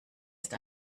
ist